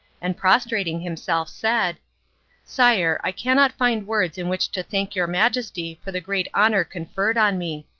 and prostrating himself, said sire, i cannot find words in which to thank your majesty for the great honour conferred on me.